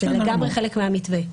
זה לגמרי חלק מהמתווה.